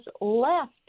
left